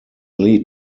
lead